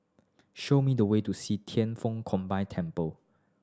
show me the way to See Thian Foh Combined Temple